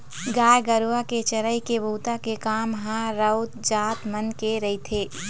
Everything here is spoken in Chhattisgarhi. गाय गरुवा के चरई के बूता के काम ह राउत जात मन के रहिथे